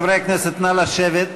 חברי הכנסת, נא לשבת.